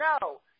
No